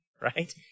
right